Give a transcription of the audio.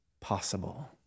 possible